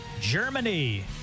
Germany